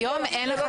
היום אין לך